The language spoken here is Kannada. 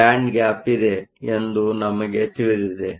ಬ್ಯಾಂಡ್ ಗ್ಯಾಪ್ ಇದೆ ಎಂದು ನಮಗೆ ತಿಳಿದಿದೆ